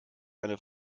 eine